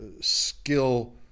skill